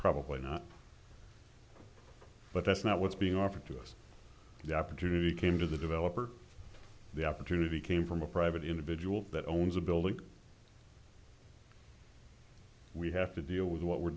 probably not but that's not what's being offered to us the opportunity came to the developer the opportunity came from a private individual that owns a building we have to deal with what we're